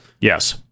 Yes